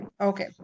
okay